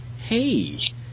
hey